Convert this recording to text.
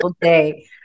day